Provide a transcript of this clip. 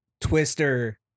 Twister